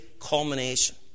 culmination